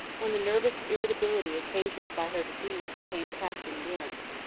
when the nervous irritability occasioned by her disease became past endurance.